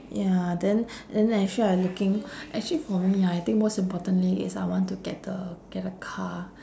ya then then actually I looking actually for me ah I think most importantly is I want to get the get a car